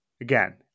Again